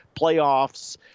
playoffs